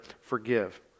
forgive